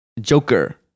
Joker